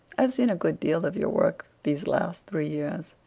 i've seen a good deal of your work these last three years.